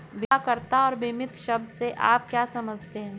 बीमाकर्ता और बीमित शब्द से आप क्या समझते हैं?